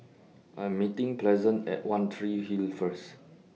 I'm meeting Pleasant At one Tree Hill First